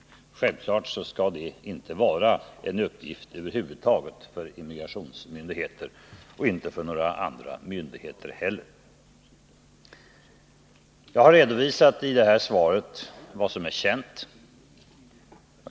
Självfallet skall det över huvud taget inte vara en uppgift för immigrationsmyndigheter — inte för några andra myndigheter heller. I mitt svar har jag redovisat vad som är känt.